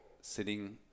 sitting